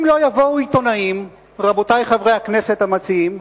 אם לא יבואו עיתונאים, רבותי חברי הכנסת המציעים,